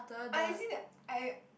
I as in I